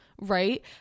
right